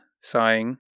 sighing